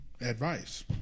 advice